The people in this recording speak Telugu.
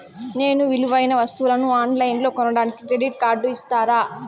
నేను విలువైన వస్తువులను ఆన్ లైన్లో కొనడానికి క్రెడిట్ కార్డు ఇస్తారా?